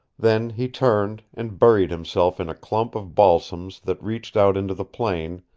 then he turned, and buried himself in a clump of balsams that reached out into the plain,